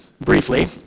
briefly